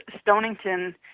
Stonington